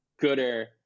Gooder